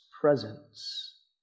presence